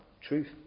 truth